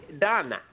done